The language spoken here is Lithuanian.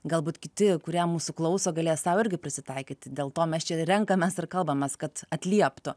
galbūt kiti kurie mūsų klauso galės sau irgi prisitaikyti dėl to mes čia renkamės ir kalbamės kad atlieptų